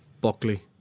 Buckley